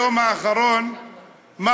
אבל היום זה היום האחרון במושב הראשון של כנסת ישראל,